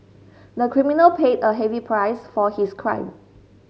the criminal paid a heavy price for his crime